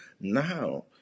Now